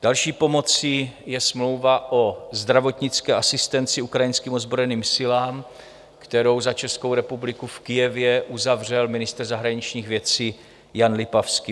Další pomocí je smlouva o zdravotnické asistenci ukrajinským ozbrojeným silám, kterou za Českou republiku v Kyjevě uzavřel ministr zahraničních věcí Jan Lipavský.